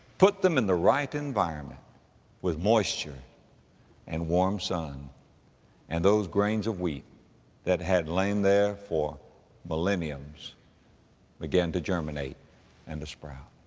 put them in the right environment with moisture and warm sun and those grains of wheat that had lain there for millenniums began to germinate and to sprout.